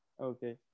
Okay